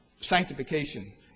sanctification